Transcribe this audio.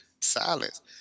silence